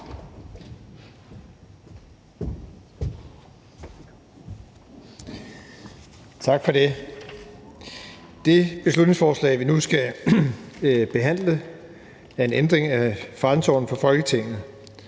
Tak for det. Det beslutningsforslag, vi nu skal behandle, er en ændring af forretningsorden for Folketinget,